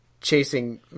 chasing